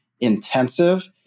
intensive